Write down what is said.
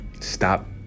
stop